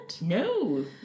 No